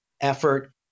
effort